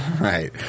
Right